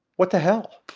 what the hell?